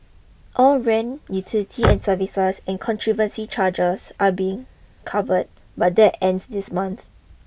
all rent utility and service and conservancy charges are being covered but that ends this month